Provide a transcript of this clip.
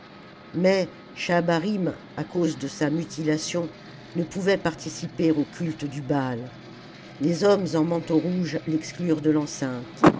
mais schahabarim à cause de sa mutilation ne pouvait participer au culte du baai les hommes en manteaux rouges l'exclurent de l'enceinte